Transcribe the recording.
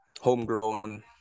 homegrown